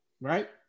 right